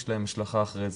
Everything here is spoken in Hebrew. יש להם השלכה אחרי זה.